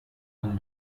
hon